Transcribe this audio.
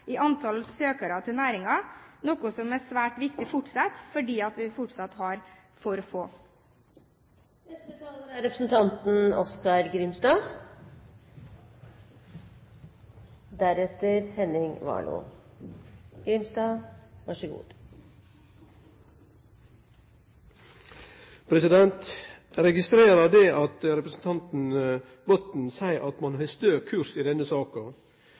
i antall søkere til næringen, noe som er svært viktig fordi vi fortsatt har for få. Eg registrerer at representanten Botten seier at ein har stø kurs i denne saka. Den kursen vil i så fall leie denne skuta – utdanninga – rett opp i